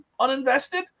uninvested